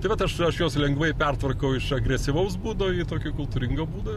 tai vat aš aš juos lengvai pertvarkau iš agresyvaus būdo į tokį kultūringą būdą